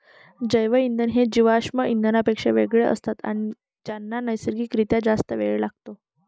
जैवइंधन हे जीवाश्म इंधनांपेक्षा वेगळे असतात ज्यांना नैसर्गिक रित्या जास्त वेळ लागतो